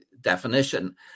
definition